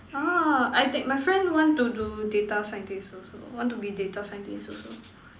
!huh! I take my friend want to do data scientist also want to be data scientist also